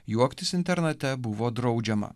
juoktis internate buvo draudžiama